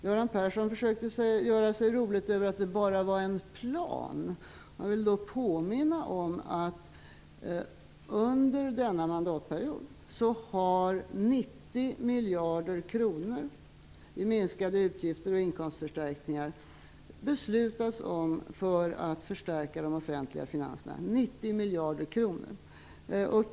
Göran Persson försökte att göra sig rolig över att det bara var fråga om en plan. Jag vill då påminna om att under denna mandatperiod har det för att förstärka de offentliga finanserna beslutats om 90 miljarder kronor i minskade utgifter och inkomstförstärkningar -- 90 miljarder kronor!